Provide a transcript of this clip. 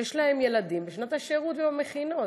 שיש להם ילדים בשנת שירות ובמכינות.